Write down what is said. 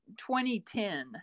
2010